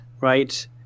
right